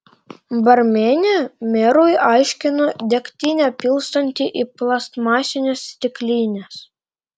barmenė merui aiškino degtinę pilstanti į plastmasines stiklines